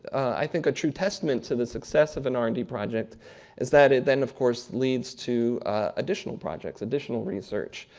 i think a true testament to the success of an r and d project is that it then of course leads to additional projects, additional research.